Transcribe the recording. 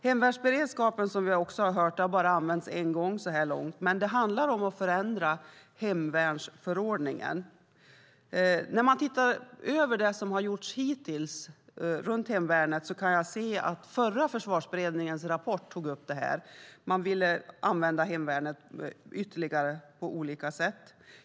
Hemvärnsberedskapen har, som vi också har hört, bara använts en gång så här långt, men det här handlar om att förändra hemvärnsförordningen. När man tittar över det som har gjorts hittills runt hemvärnet kan jag se att förra Försvarsberedningens rapport tog upp detta. Man ville använda hemvärnet ytterligare på olika sätt.